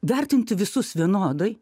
vertinti visus vienodai